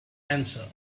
answer